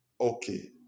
Okay